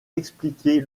expliquer